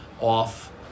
off